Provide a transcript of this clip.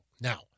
Now